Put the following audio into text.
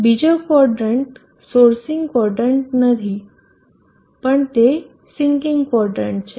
બીજો quadrant sourcing quadrant નહીં પણ તે સિંકિંગ ક્વોદરન્ટ છે